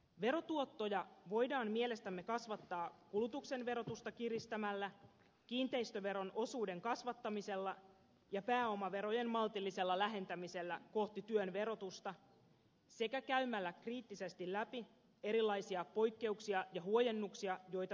verotuottoja voidaan mielestämme kasvattaa kulutuksen verotusta kiristämällä kiinteistöveron osuuden kasvattamisella ja pääomaverojen maltillisella lähentämisellä kohti työn verotusta sekä käymällä kriittisesti läpi erilaisia poikkeuksia ja huojennuksia joita verojärjestelmässämme on paljon